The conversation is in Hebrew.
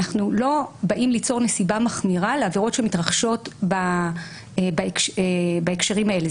אנחנו לא באים ליצור נסיבה מחמירה לעבירות שמתרחשות בהקשרים האלה.